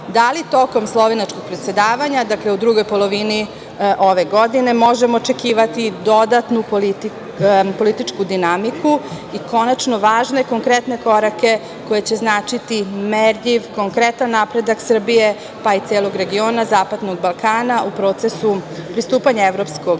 da li tokom slovenačkog predsedavanja, dakle, u drugoj polovini ove godine, možemo očekivati dodatnu političku dinamiku i konačno važne konkretne korake koji će značiti merljiv, konkretan napredak Srbije, pa i celog regiona zapadnog Balkana u procesu pristupanja EU? Dalje,